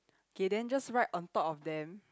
okay then just right on top of them